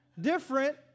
different